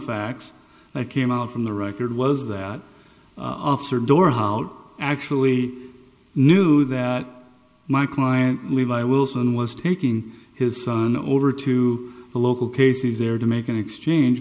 facts i came out from the record was that officer door hol actually knew that my client levi wilson was taking his son over to the local cases there to make an exchange